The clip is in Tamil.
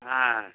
ஆ